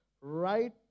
right